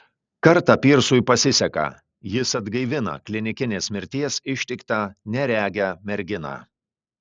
kartą pyrsui pasiseka jis atgaivina klinikinės mirties ištiktą neregę merginą